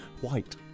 white